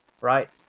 right